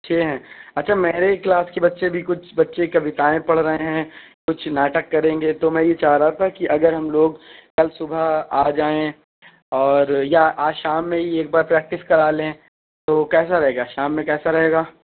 چھ ہیں اچھا میرے کلاس کے بچے بھی کچھ بچے کویتائیں پڑھ رہے ہیں کچھ ناٹک کریں گے تو میں یہ چاہ رہا تھا کہ اگر ہم لوگ کل صبح آ جائیں اور یا آج شام میں ہی ایک بار پریکٹس کرالیں تو کیسا رہے گا شام میں کیسا رہے گا